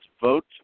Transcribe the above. vote